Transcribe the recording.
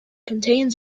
contains